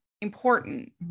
important